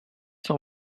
cent